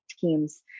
team's